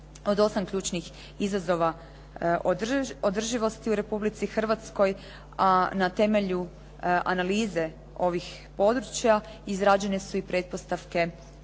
od osam ključnih izazova održivosti u Republici Hrvatskoj a na temelju analize ovih područja izrađene su i pretpostavke daljnjeg